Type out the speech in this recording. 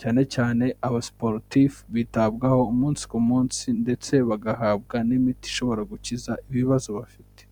Cyane cyane abasiporutifu bitabwaho umunsi ku munsi ndetse bagahabwa n'imiti ishobora gukiza ibibazo bafite.